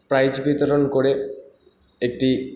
prize বিতরণ করে একটি